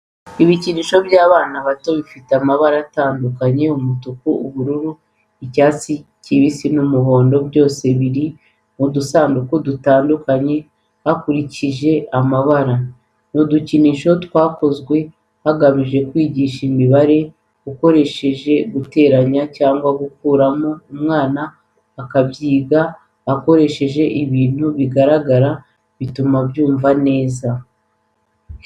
Ibikinisho by'abana bato bifite amabara atandukanye umutuku, ubururu, icyatsi n'umuhondo byose biri mu dusanduku dutandukanye hakurikije amabara. Ni udukinisho twakozwe hagamijwe kwigisha imibare ukoresheje guteranya cyangwa se gukuramo umwana akabyiga akoresheje ibintu bigaragara bituma abyumva neza.